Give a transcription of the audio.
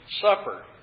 Supper